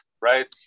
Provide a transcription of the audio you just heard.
right